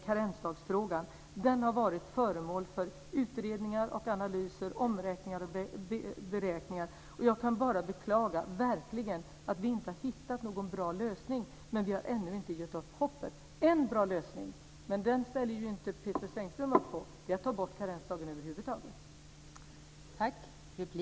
Karensdagsfrågan, slutligen, har varit föremål för utredningar, analyser, omräkningar och beräkningar. Jag kan bara beklaga att vi inte har hittat någon bra lösning, men vi har ännu inte gett upp hoppet. En bra lösning, som Pethrus Engström inte ställer upp på, är att ta bort karensdagen helt.